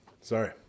Sorry